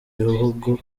bihugu